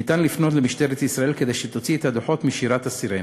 ניתן לפנות למשטרת ישראל כדי שתוציא את הדוחות מ"שירת הסירנה".